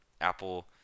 Apple